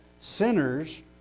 sinners